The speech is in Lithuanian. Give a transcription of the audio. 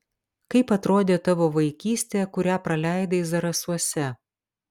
kaip atrodė tavo vaikystė kurią praleidai zarasuose